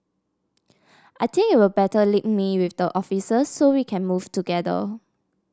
I think it'll better link me with the officers so we can move together